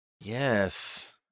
Yes